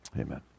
Amen